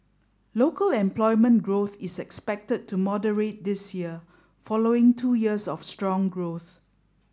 local employment growth is expected to moderate this year following two years of strong growth